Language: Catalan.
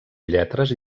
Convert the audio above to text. lletres